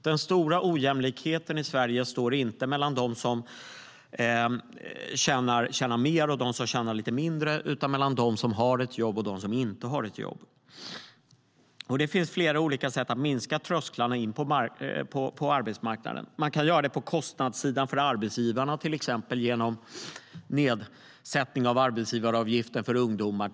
Den stora ojämlikheten i Sverige är inte mellan dem som tjänar mer och dem som tjänar mindre, utan mellan dem som har ett jobb och dem som inte har ett jobb. Det finns flera olika sätt att sänka trösklarna in på arbetsmarknaden. På kostnadssidan kan man sänka kostnaderna för arbetsgivarna, till exempel genom nedsättning av arbetsgivaravgiften för ungdomar.